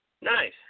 Nice